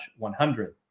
100